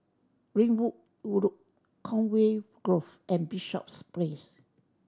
Ringwood Road Conway Grove and Bishops Place